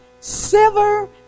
silver